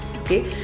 Okay